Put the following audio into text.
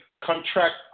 contract